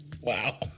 Wow